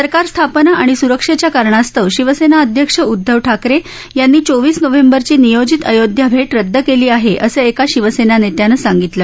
सरकार स्थापना आणि स्रक्षेच्या कारणास्तव शिवसेना अध्यक्ष उद्धव ठाकरे यांनी चोवीस नोव्हेंबरची नियोजित अयोध्या भेट रदद केली आहे असं एका शिवसेना नेत्यानं सांगितलं